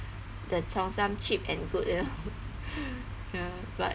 the cheong sam cheap and good you know ya but